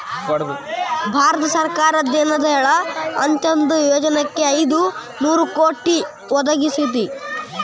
ಭಾರತ ಸರ್ಕಾರ ದೇನ ದಯಾಳ್ ಅಂತ್ಯೊದಯ ಯೊಜನಾಕ್ ಐದು ನೋರು ಕೋಟಿ ಒದಗಿಸೇತಿ